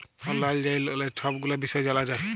অললাইল যাঁয়ে ললের ছব গুলা বিষয় জালা যায়